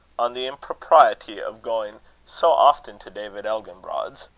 on the impropriety of going so often to david elginbrod's.